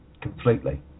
completely